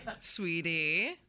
Sweetie